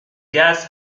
gaz